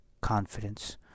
Confidence